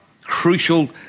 crucial